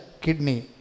kidney